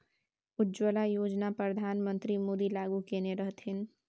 उज्जवला योजना परधान मन्त्री मोदी लागू कएने रहथिन